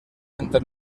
entre